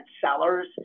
sellers